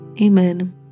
Amen